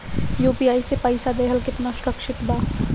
UPI से पईसा देहल केतना सुरक्षित बा?